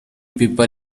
people